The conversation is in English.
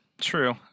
True